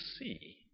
see